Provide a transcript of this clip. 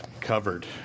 covered